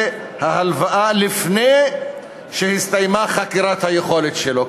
ההלוואה לפני שהסתיימה חקירת היכולת שלו.